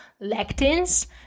lectins